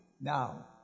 now